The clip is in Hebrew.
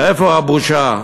איפה הבושה?